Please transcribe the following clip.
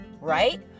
right